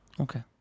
Okay